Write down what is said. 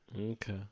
Okay